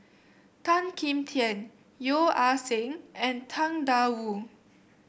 Tan Kim Tian Yeo Ah Seng and Tang Da Wu